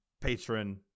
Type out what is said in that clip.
patron